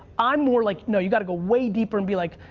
i'm more like, no, you gotta go way deeper and be like,